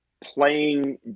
playing